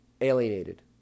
Alienated